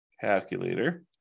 Calculator